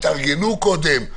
יתארגנו קודם.